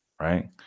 right